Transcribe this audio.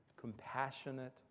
compassionate